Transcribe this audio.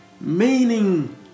Meaning